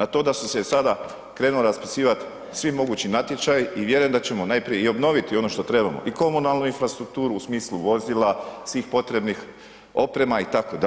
A to da se sada krenuo raspisivati svi mogući natječaji i vjerujem da ćemo najprije i obnoviti ono što trebamo, i komunalnu infrastrukturu u smislu vozila, svih potrebnih oprema itd.,